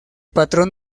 patrón